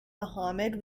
mohammad